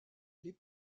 les